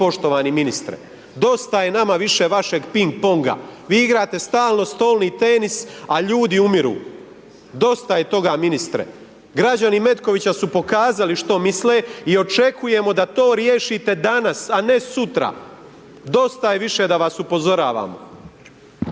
poštovani ministre. Dosta nama više vašeg ping ponga, vi igrate stalno stolni tenis, a ljudi umiru, dosta je toga ministre, građani Metkovića su pokazali što misle i očekujemo da to riješite danas, a ne sutra, dosta je više da vas upozoravamo.